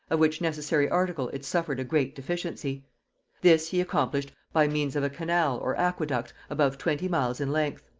of which necessary article it suffered a great deficiency this he accomplished by means of a canal or aqueduct above twenty miles in length.